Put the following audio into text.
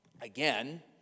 again